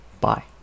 Bye